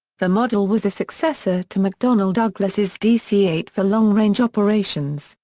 the model was a successor to mcdonnell douglas's dc eight for long-range operations,